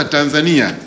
Tanzania